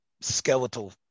skeletal